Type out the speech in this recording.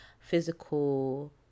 physical